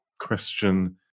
question